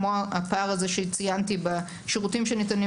כמו הפער הזה שציינתי בשירותים שניתנים